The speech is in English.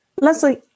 Leslie